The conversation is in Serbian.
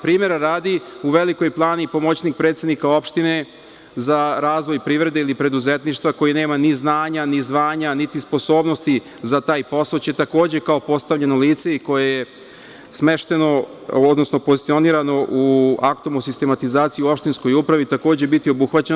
Primera radi, u Velikoj Plani pomoćnik predsednika opštine za razvoj privrede ili preduzetništva koji nema ni znanja, ni zvanja, niti sposobnosti za taj posao će takođe kao postavljeno lice i koje je smešteno, odnosno pozicionirano u aktuelnoj sistematizaciji i opštinskoj upravi, takođe biti obuhvaćeno.